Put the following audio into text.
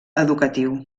educatiu